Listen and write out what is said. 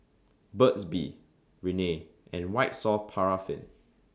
Burt's Bee Rene and White Soft Paraffin